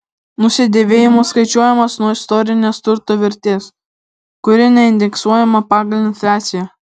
nusidėvėjimas skaičiuojamas nuo istorinės turto vertės kuri neindeksuojama pagal infliaciją